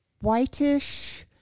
whitish